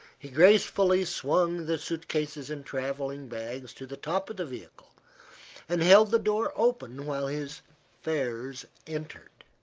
he gracefully swung the suit-cases and travelling bags to the top of the vehicle and held the door open while his fares entered.